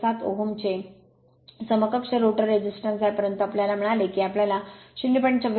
07 ओहेमचे समकक्ष रोटर प्रतिरोध आहे परंतु आम्हाला मिळाले की आम्हाला 0